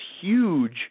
huge –